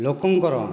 ଲୋକଙ୍କର